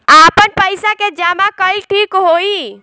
आपन पईसा के जमा कईल ठीक होई?